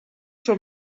són